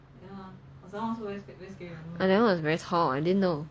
ah that one is very tall I didn't know